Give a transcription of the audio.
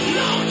no